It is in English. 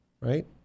right